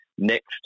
Next